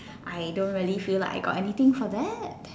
I don't really feel like I got anything for that